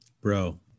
Bro